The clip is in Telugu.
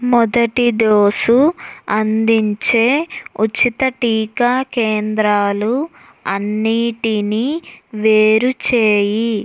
మొదటి డోసు అందించే ఉచిత టీకా కేంద్రాలు అన్నింటిని వేరు చెయ్యి